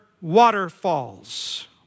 waterfalls